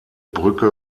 brücke